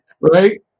Right